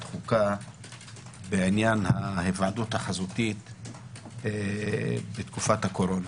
חוקה בעניין ההיוועדות החזותית בתקופת הקורונה.